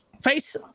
Face